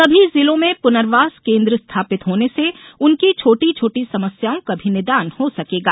सभी जिलों में पुर्नवास केन्द्र स्थापित होने से उनकी छोटी छोटी समस्याओं का भी निदान हो सकेगा